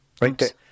right